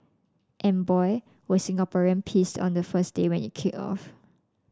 and boy were Singaporeans pissed on the first day when it kicked off